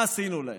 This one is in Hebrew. מה עשינו להם?